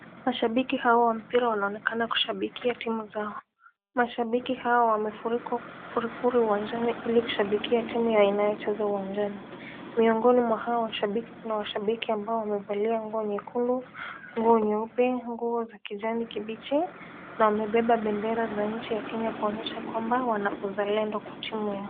Mashabiki hawa wa mpira wanaonekana kushabikia timu zao. Mashabiki hawa wamefurika furi furi uwanjani ili kushabikia timu inayocheza uwanjani. Miongoni mwa hawa mashabiki kuna mashabiki ambao wamevalia nguo nyekundu, nguo nyeupe, nguo za kijani kibichi na wamebeba bendera za nchi ya Kenya kuonyesha kwamba wana uzalendo kwa timu yao.